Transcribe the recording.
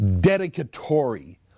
dedicatory